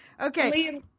Okay